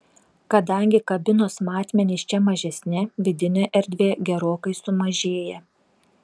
kadangi kabinos matmenys čia mažesni vidinė erdvė gerokai sumažėja